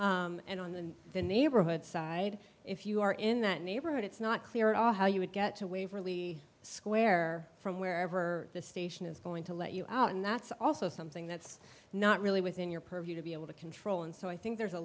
there and on the neighborhood side if you are in that neighborhood it's not clear at all how you would get to waverly square from wherever the station is going to let you out and that's also something that's not really within your purview to be able to control and so i think there's a